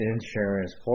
insurance